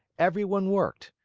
everyone worked,